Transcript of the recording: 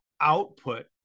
output